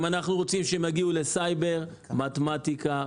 סייבר יש צורך במתמטיקה,